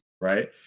right